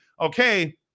okay